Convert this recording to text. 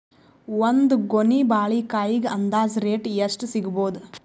ಒಂದ್ ಗೊನಿ ಬಾಳೆಕಾಯಿಗ ಅಂದಾಜ ರೇಟ್ ಎಷ್ಟು ಸಿಗಬೋದ?